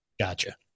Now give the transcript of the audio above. Gotcha